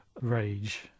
rage